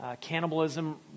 cannibalism